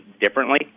differently